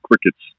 crickets